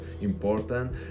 important